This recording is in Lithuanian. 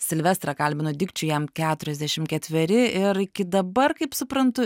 silvestrą kalbinu dikčių jam keturiasdešim ketveri ir iki dabar kaip suprantu